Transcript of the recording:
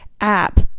app